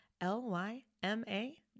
L-Y-M-A